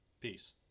Peace